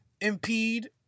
impede